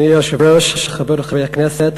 אדוני היושב-ראש, חברות וחברי הכנסת,